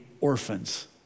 orphans